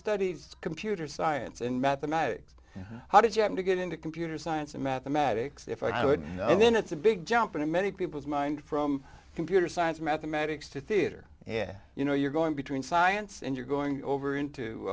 studied computer science in mathematics how did you happen to get into computer science and mathematics if i would and then it's a big jump in many people's mind from computer science mathematics to theater and you know you're going between science and you're going over into